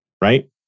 right